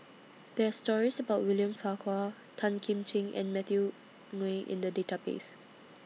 There's stories about William Farquhar Tan Kim Ching and Matthew Ngui in The Database